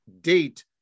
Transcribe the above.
date